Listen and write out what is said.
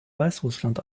weißrussland